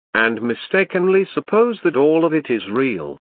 and mistakenly suppose that all of it is real.